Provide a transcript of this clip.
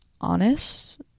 honest